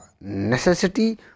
necessity